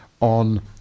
on